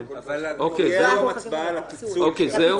אבל בנוגע ליום הצבעה על הפיצול זה היום.